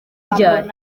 ryari